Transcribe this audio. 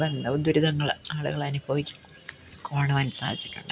ബന്ധ ദുരിതങ്ങള് ആളുകള് അനുഭവിച്ച് കാണുവാൻ സാധിച്ചിട്ടുണ്ട്